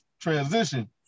transition